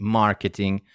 marketing